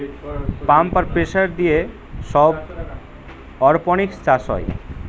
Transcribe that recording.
pump আর pressure দিয়ে সব অরপনিক্স চাষ হয়